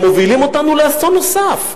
הם מובילים אותנו לאסון נוסף.